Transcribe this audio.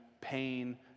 pain